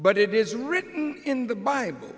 but it is written in the bible